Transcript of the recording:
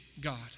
God